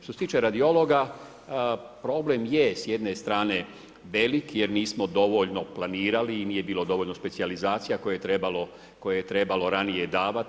Što se tiče radiologa problem je s jedne strane velik jer nismo dovoljno planirali i nije bilo dovoljno specijalizacija koje je trebalo ranije davati.